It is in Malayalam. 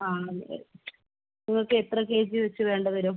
ആണല്ലേ നിങ്ങൾക്ക് എത്ര കെ ജി വെച്ച് വേണ്ടി വരും